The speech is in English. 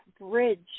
bridge